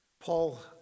Paul